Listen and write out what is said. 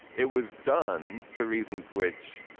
it was done for reasons which.